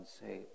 say